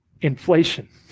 Inflation